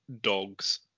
dogs